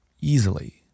easily